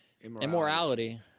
Immorality